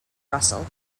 russell